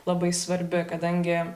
labai svarbi kadangi